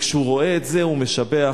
וכשהוא רואה את זה הוא משבח,